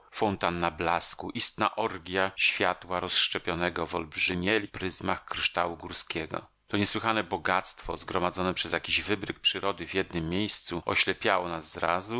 fontanna blasku istna orgja światła rozszczepionego w olbrzymich pryzmach kryształu górskiego to niesłychane bogactwo zgromadzone przez jakiś wybryk przyrody w jednem miejscu oślepiało nas z razu